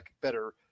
better